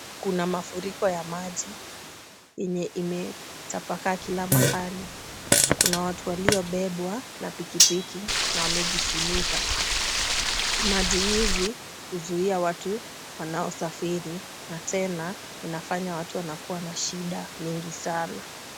Kuna mafuriko ya maji yenye imetapakaa kila mahali. Kuna watu waliobebwa na pikipiki na wamejifunika. Maji hizi huzuia watu wanaosafiri na tena inafanya watu wanakuwa na shida mingi sana.